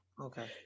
Okay